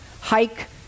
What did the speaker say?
hike